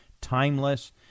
timeless